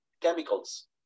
chemicals